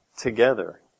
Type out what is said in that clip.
together